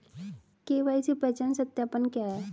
KYC पहचान सत्यापन क्या है?